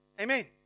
Amen